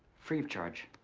free of charge.